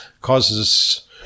causes